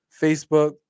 Facebook